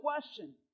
question